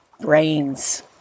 brains